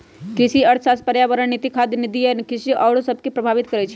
कृषि अर्थशास्त्र पर्यावरण नीति, खाद्य नीति आ कृषि नीति आउरो सभके प्रभावित करइ छै